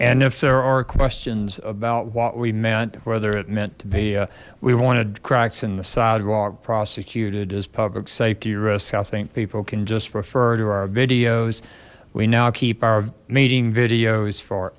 are questions about what we meant whether it meant to be we wanted cracks in the sidewalk prosecuted as public safety risk i think people can just refer to our videos we now keep our meeting videos for